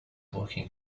working